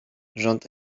rząd